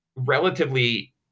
Relatively